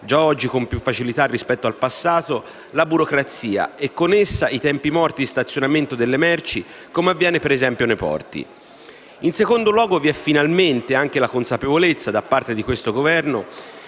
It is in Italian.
già oggi con più facilità rispetto al passato, la burocrazia, e con essa i tempi morti di stanziamento delle merci, come avviene, per esempio, nei porti. In secondo luogo, vi è finalmente anche la consapevolezza, da parte di questo Governo,